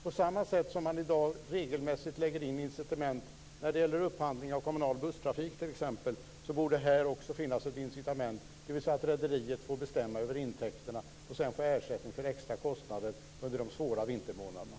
På samma sätt som man i dag regelmässigt lägger in incitament när det gäller upphandling av t.ex. kommunal busstrafik borde det också här finnas ett incitament, dvs. att rederiet får bestämma över intäkterna och sedan få ersättning för extra kostnader under de svåra vintermånaderna.